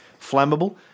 flammable